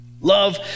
Love